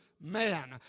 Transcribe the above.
man